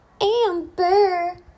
Amber